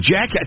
Jack